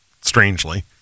strangely